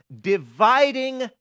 dividing